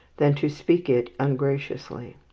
than to speak it ungraciously.